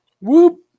Whoop